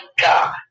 God